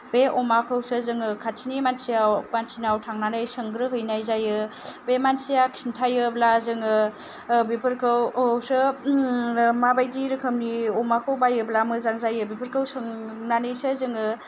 बे अमाखौसो जोङो खाथिनि मानसियाव मानसिनाव थांनानै सोंग्रोहैनाय जायो बे मानसिया खिन्थायोब्ला जोङो बेफोरखौसो माबायदि रोखोमनि अमाखौ बायोब्ला मोजां जायो बेफोरखौ सोंनानैसो जोङो